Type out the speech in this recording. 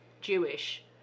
Jewish